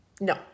No